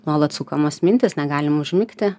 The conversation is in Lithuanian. nuolat sukamos mintys negalim užmigti